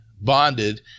bonded